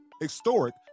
historic